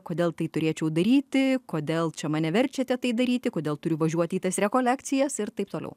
kodėl tai turėčiau daryti kodėl čia mane verčiate tai daryti kodėl turiu važiuoti į tas rekolekcijas ir taip toliau